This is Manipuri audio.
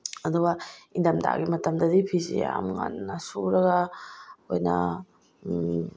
ꯑꯗꯨꯒ ꯏꯪꯊꯝꯊꯥꯒꯤ ꯃꯇꯝꯗꯗꯤ ꯐꯤꯁꯤ ꯌꯥꯝ ꯉꯟꯅ ꯁꯨꯔꯒ ꯑꯩꯈꯣꯏꯅ